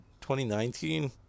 2019